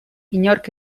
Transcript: inork